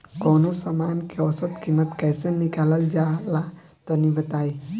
कवनो समान के औसत कीमत कैसे निकालल जा ला तनी बताई?